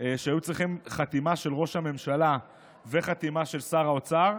שהיו צריכים חתימה של ראש הממשלה וחתימה של שר האוצר.